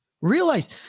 Realize